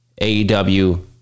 AEW